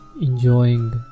enjoying